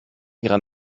ihrer